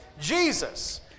Jesus